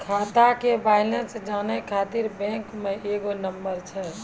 खाता के बैलेंस जानै ख़ातिर बैंक मे एगो नंबर छै?